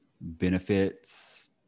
benefits